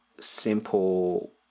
simple